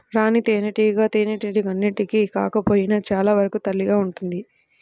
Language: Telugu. రాణి తేనెటీగ తేనెటీగలన్నింటికి కాకపోయినా చాలా వరకు తల్లిగా ఉంటుంది